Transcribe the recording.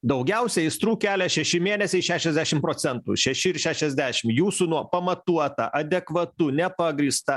daugiausia aistrų kelia šeši mėnesiai šešiasdešim procentų šeši ir šešiasdešim jūsų pamatuota adekvatu nepagrįsta